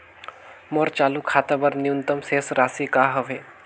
मोर चालू खाता बर न्यूनतम शेष राशि का हवे?